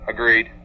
Agreed